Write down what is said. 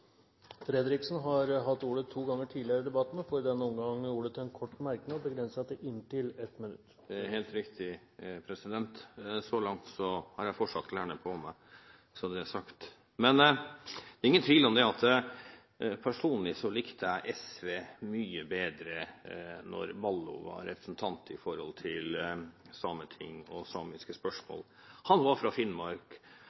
Fredriksen har hatt ordet to ganger tidligere i debatten og får ordet til en kort merknad, begrenset til 1 minutt. Det er helt riktig, president. Så langt har jeg fortsatt klærne på meg, så det er sagt. Det er ingen tvil om at personlig likte jeg SV mye bedre i forhold til Sametinget og samiske spørsmål da Ballo var representant. Han var fra Finnmark og hadde mot nok til å representere sin egen befolkning, i motsetning til